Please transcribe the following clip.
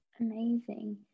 amazing